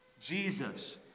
Jesus